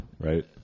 right